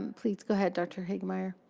please, go ahead, dr. hagemeier.